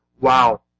wow